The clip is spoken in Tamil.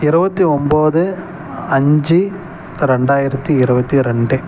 இருபத்தி ஒம்பது அஞ்சு ரெண்டாயிரத்து இருபத்தி ரெண்டு